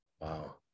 Wow